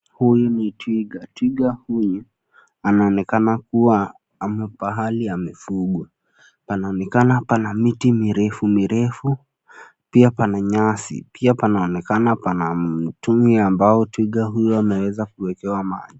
Huyu ni twiga, twiga huyu, anaonekana kuwa, amo pahali amefugwa, panaonekana pana miti mirefu mirefu, pia pana nyasi, pia panaonekana pana mtungi ambao twiga huyu ameweza kuwekewa maji.